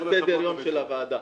ספציפית לסדר-היום של הוועדה.